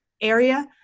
area